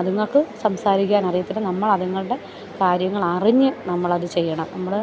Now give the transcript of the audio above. അതുങ്ങൾക്ക് സംസാരിക്കാൻ അറിയത്തില്ല നമ്മൾ അതുങ്ങൾടെ കാര്യങ്ങൾ അറിഞ്ഞു നമ്മൾ അത് ചെയ്യണം നമ്മൾ